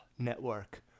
Network